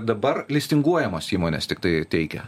dabar listinguojamos įmonės tiktai teikia